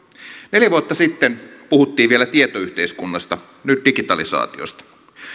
neljä vuotta sitten puhuttiin vielä tietoyhteiskunnasta nyt digitalisaatiosta